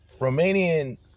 Romanian